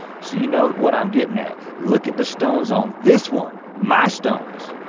so you know what i'm getting at, look at the stones on this one, my stones.